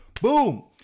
Boom